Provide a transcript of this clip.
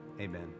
amen